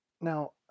Now